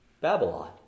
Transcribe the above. Babylon